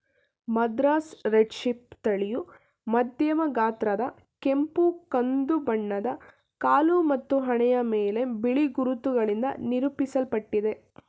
Madras red sheep ತಳಿಯು ಮಧ್ಯಮ ಗಾತ್ರದ ಕೆಂಪು ಕಂದು ಬಣ್ಣದ ಕಾಲು ಮತ್ತು ಹಣೆಯ ಮೇಲೆ ಬಿಳಿ ಗುರುತುಗಳಿಂದ ನಿರೂಪಿಸಲ್ಪಟ್ಟಿದೆ